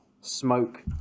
smoke